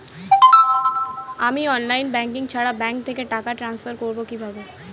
আমি online banking ছাড়া bank থেকে টাকা ট্রান্সফার করবো কিভাবে?